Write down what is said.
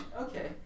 Okay